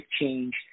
change